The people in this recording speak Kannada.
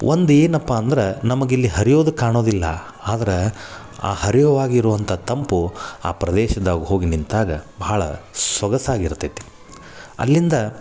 ಒಂದು ಏನಪ್ಪ ಅಂದ್ರೆ ನಮ್ಗೆ ಇಲ್ಲಿ ಹರಿಯೋದು ಕಾಣೋದಿಲ್ಲ ಆದ್ರೆ ಆ ಹರಿಯುವಾಗ ಇರುವಂಥ ತಂಪು ಆ ಪ್ರದೇಶದಾಗ ಹೋಗಿ ನಿಂತಾಗ ಭಾಳ ಸೊಗಸಾಗಿರ್ತೇತಿ ಅಲ್ಲಿಂದ